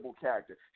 character